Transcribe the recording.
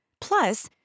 Plus